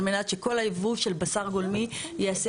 על מנת שכל הייבוא של בשר גולמי ייעשה